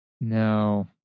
No